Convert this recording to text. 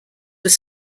were